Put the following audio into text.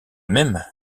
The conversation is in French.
même